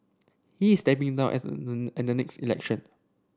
he is stepping down at the at the next election